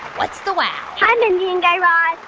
what's the wow? hi, mindy and guy raz.